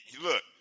look